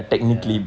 ya